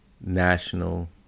national